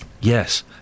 Yes